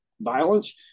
violence